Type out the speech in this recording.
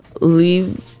leave